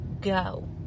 go